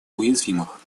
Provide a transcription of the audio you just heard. уязвимых